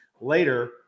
later